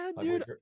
Dude